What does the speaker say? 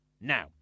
now